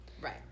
Right